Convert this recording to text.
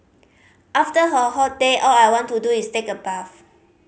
after a hot day all I want to do is take a bath